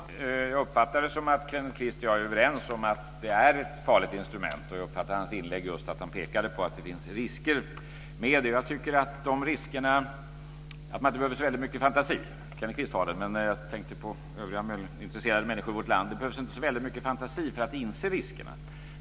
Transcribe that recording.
Fru talman! Jag uppfattade det som att Kenneth Kvist och jag är överens om att det är ett farligt instrument. Jag uppfattade att han i sitt inlägg just pekade på att det finns risker med detta. Det behövs inte så väldigt mycket fantasi - Kenneth Kvist har det, men jag tänker på övriga intresserade människor i vårt land - för att inse riskerna.